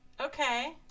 Okay